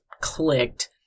clicked